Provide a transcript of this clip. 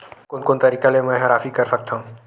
कोन कोन तरीका ले मै ह राशि कर सकथव?